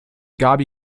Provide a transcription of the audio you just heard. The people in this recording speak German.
gaby